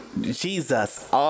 Jesus